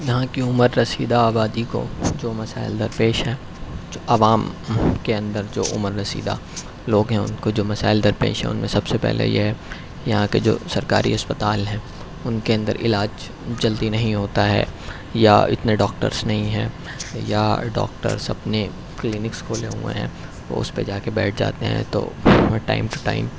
یہاں کی عمر رسیدہ آبادی کو جو مسائل در پیش ہیں جو عوام کے اندر جو عمر رسیدہ لوگ ہیں ان کو جو مسائل در پیش ہیں ان میں سب سے پہلے یہ ہے یہاں کے جو سرکاری اسپتال ہیں ان کے اندر علاج جلدی نہیں ہوتا ہے یا اتنے ڈاکٹرس نہیں ہیں یا ڈاکٹرس اپنے کلینکس کھولے ہوئے ہیں وہ اس پہ جاکے بیٹھ جاتے ہیں تو وہاں ٹائم ٹو ٹائم